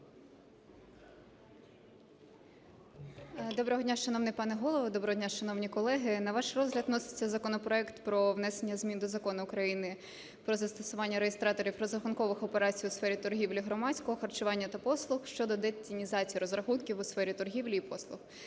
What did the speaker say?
Доброго дня, шановний пане Голово, доброго дня, шановні колеги. На ваш розгляд вноситься законопроект про внесення змін до Закону України "Про застосування реєстраторів розрахункових операцій у сфері торгівлі, громадського харчування та послуг" щодо детінізації розрахунків в сфері торгівлі і послуг,